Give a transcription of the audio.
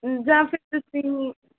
ਜਾਂ ਫਿਰ ਤੁਸੀਂ